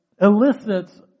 elicits